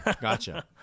gotcha